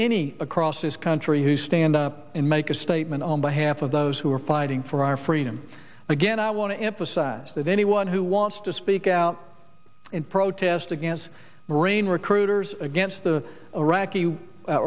any across this country who stand up and make a statement on behalf of those who are fighting for our freedom again i want to emphasize that anyone who wants to speak out in protest against brain recruiters against the